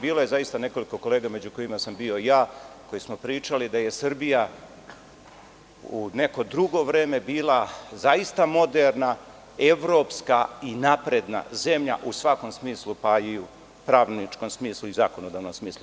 Bilo je zaista nekoliko kolega, među kojima sam bio i ja, koji smo pričali da je Srbija u neko drugo vreme bila zaista moderna, evropska i napredna zemlja u svakom smislu, pa i u pravničkom smislu i zakonodavnom smislu.